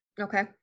Okay